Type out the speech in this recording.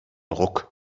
ruck